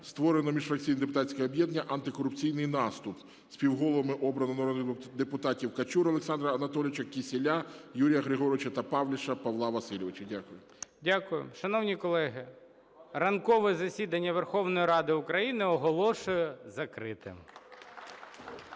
Створено міжфракційне депутатське об'єднання "Антикорупційний наступ". Співголовами обрано народних депутатів Качуру Олександра Анатолійовича, Кісєля Юрія Григоровича та Павліша Павла Васильовича. Дякую. 14:03:01 ГОЛОВУЮЧИЙ. Дякую. Шановні колеги, ранкове засідання Верховної Ради України оголошую закритим.